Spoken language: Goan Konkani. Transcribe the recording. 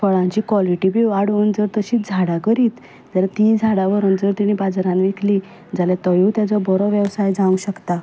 फऴांची कॉलिटी बी वाडोवन जर तशींच झाडां करीत जाल्यार तींय झाडां व्हरून जत तिणें बाजारांत विकलीं जाल्यार तोय ताचो बरो वेवसाय जावंक शकता